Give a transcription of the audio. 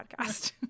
podcast